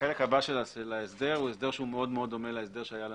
החלק הבא של ההסדר הוא הסדר מאוד דומה להסדר שהיה לנו.